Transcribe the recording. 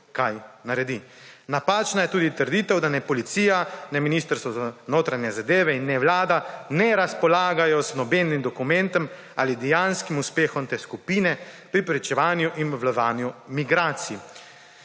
kaj naredi. Napačna je tudi trditev, da ne policija, ne Ministrstvo za notranje zadeve in ne Vlada ne razpolagajo z nobenim dokumentom ali dejanskim uspehom te skupine pri preprečevanju in obvladovanju migracij.